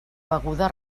beguda